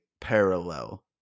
parallel